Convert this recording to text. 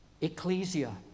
ecclesia